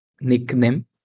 nickname